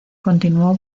continuó